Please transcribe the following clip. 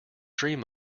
dream